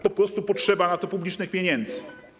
Po prostu potrzeba na to publicznych pieniędzy.